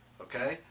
okay